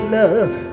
love